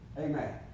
Amen